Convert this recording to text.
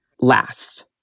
last